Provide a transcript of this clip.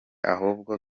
ahubwo